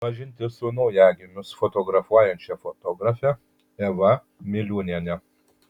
pažintis su naujagimius fotografuojančia fotografe eva miliūniene